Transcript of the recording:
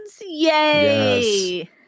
Yay